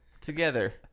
Together